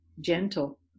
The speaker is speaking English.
gentle